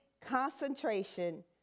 concentration